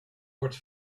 wordt